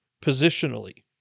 positionally